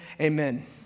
Amen